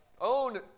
own